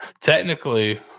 technically